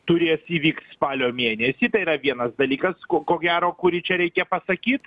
turės įvykt spalio mėnesį tai yra vienas dalykas ko ko gero kurį čia reikia pasakyt